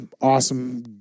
Awesome